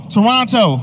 Toronto